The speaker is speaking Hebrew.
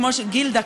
גילדה,